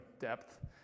depth